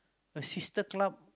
a sister club